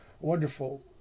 wonderful